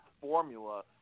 formula